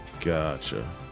Gotcha